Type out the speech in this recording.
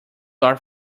are